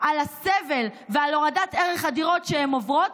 על הסבל ועל הורדת ערך הדירות שהן עוברות,